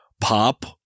pop